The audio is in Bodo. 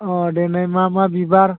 अह देनाय मा मा बिबार